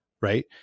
right